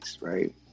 right